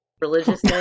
religious